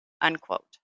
unquote